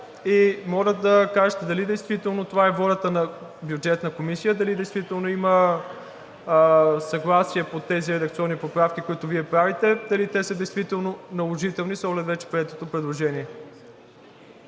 И моля да кажете дали действително това е волята на Бюджетната комисия, дали действително има съгласие по тези редакционни поправки, които Вие правите, дали те са действително наложителни с оглед на вече приетото предложение.